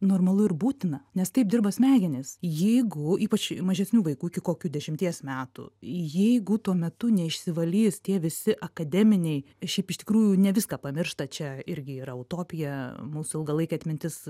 normalu ir būtina nes taip dirba smegenys jeigu ypač mažesnių vaikų iki kokių dešimties metų jeigu tuo metu neišsivalys tie visi akademiniai šiaip iš tikrųjų ne viską pamiršta čia irgi yra utopija mūsų ilgalaikė atmintis